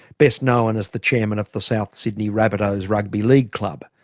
best known as the chairman of the south sydney rabbitohs rugby league club,